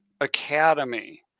academy